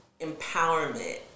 empowerment